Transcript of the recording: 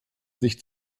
sich